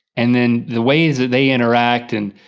and then the ways that they interact and,